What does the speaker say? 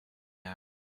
now